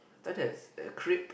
I thought that's a crepe